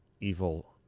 evil